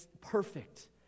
perfect